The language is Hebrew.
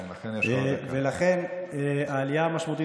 כן, לכן יש לך עוד דקה.